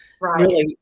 Right